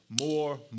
More